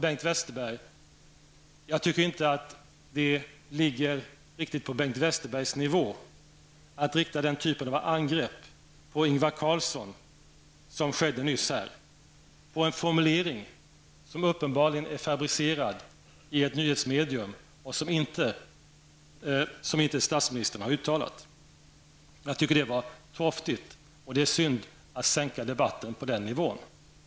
Jag tycker inte det ligger på Bengt Westerbergs nivå att rikta den typ av angrepp på Ingvar Carlsson som nyss skedde med anledning av en formulering som uppenbarligen är fabricerad i ett nyhetsmedium och som statsministern inte har uttalat. Jag tycker att det var torftigt, och det är synd att sänka debatten till den nivån.